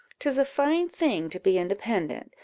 tis a fine thing to be independent.